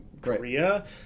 Korea